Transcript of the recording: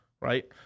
right